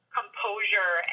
composure